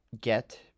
get